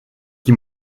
qui